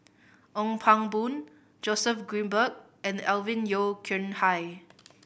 Ong Pang Boon Joseph Grimberg and Alvin Yeo Khirn Hai